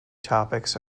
topics